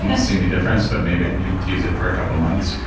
and seeing the difference, but maybe i needed to use it for a couple months,